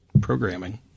programming